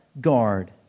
guard